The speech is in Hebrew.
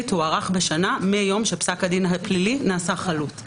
תוארך בשנה מהיום שפסק הדין הפלילי נעשה חלוט.